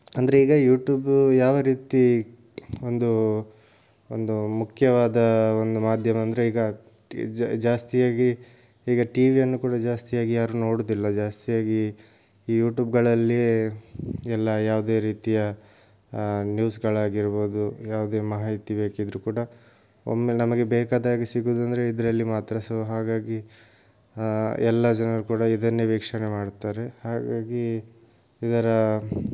ಅಂದರೆ ಈಗ ಯೂಟ್ಯೂಬ್ ಯಾವ ರೀತಿ ಒಂದು ಒಂದು ಮುಖ್ಯವಾದ ಒಂದು ಮಾಧ್ಯಮ ಅಂದರೆ ಈಗ ಜಾಸ್ತಿಯಾಗಿ ಈಗ ಟಿ ವಿಯನ್ನು ಕೂಡ ಜಾಸ್ತಿಯಾಗಿ ಯಾರು ನೋಡುವುದಿಲ್ಲ ಜಾಸ್ತಿಯಾಗಿ ಈ ಯೂಟ್ಯೂಬ್ಗಳಲ್ಲೇ ಎಲ್ಲ ಯಾವುದೇ ರೀತಿಯ ನ್ಯೂಸ್ಗಳಾಗಿರ್ಬೋದು ಯಾವುದೇ ಮಾಹಿತಿ ಬೇಕಿದ್ದರೂ ಕೂಡ ಒಮ್ಮೆ ನಮಗೆ ಬೇಕಾದಾಗೆ ಸಿಗುದಂದ್ರೆ ಇದರಲ್ಲಿ ಮಾತ್ರ ಸೊ ಹಾಗಾಗಿ ಎಲ್ಲ ಜನರು ಕೂಡ ಇದನ್ನೇ ವೀಕ್ಷಣೆ ಮಾಡ್ತಾರೆ ಹಾಗಾಗಿ ಇದರ